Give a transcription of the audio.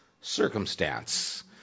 circumstance